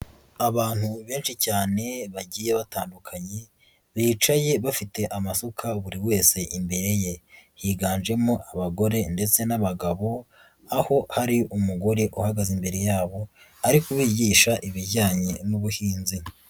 Abantu benshi cyane bagiye batandukanye, bicaye bafite amasuka buri wese imbere ye, higanjemo abagore ndetse n'abagabo, aho hari umugore uhagaze imbere yabo, ar kubigisha ibijyanye n'ubuhinzi.